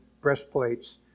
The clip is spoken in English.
breastplates